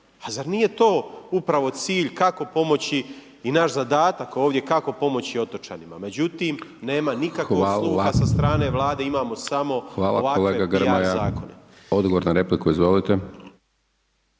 A zar nije to upravo cilj kako pomoći i naš zadatak ovdje kako pomoći otočanima. Međutim, nema nikakvog sluha sa strane Vlade imamo samo ovakve PR zakone. **Hajdaš Dončić, Siniša (SDP)** Hvala kolega Grmoja. Odgovor na repliku, izvolite.